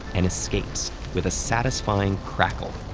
and escapes with a satisfying crackle.